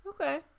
Okay